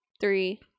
Three